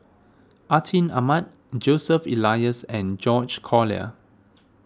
Atin Amat Joseph Elias and George Collyer